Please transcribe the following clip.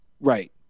Right